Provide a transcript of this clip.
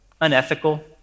unethical